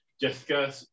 Jessica